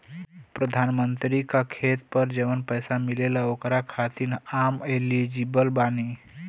प्रधानमंत्री का खेत पर जवन पैसा मिलेगा ओकरा खातिन आम एलिजिबल बानी?